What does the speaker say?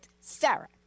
Sarah